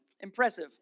Impressive